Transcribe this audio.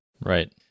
Right